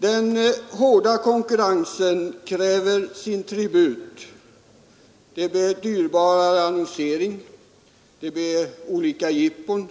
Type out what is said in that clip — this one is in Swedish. Den hårda konkurrensen kräver sin tribut — det blir en dyrbarare annonsering och olika jippon,